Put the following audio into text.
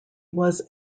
was